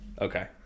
Okay